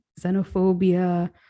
xenophobia